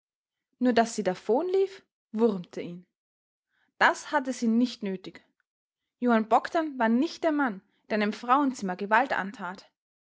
nur daß sie davonlief wurmte ihn das hatte sie nicht nötig johann bogdn war nicht der mann der einem frauenzimmer gewalt antat